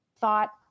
thought